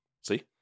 see